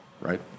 right